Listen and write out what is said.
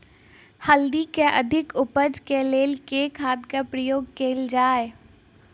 हल्दी केँ अधिक उपज केँ लेल केँ खाद केँ प्रयोग कैल जाय?